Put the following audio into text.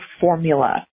formula